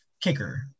kicker